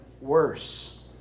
worse